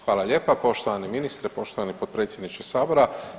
Hvala lijepa poštovani ministre, poštovani potpredsjedniče Sabora.